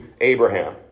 Abraham